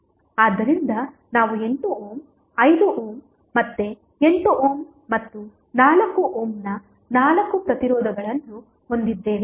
ಆದ್ದರಿಂದ ನಾವು 8 ohm 5 ohm ಮತ್ತೆ 8 ಓಮ್ ಮತ್ತು 4 ಓಮ್ನ ನಾಲ್ಕು ಪ್ರತಿರೋಧಗಳನ್ನು ಹೊಂದಿದ್ದೇವೆ